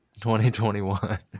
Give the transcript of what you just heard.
2021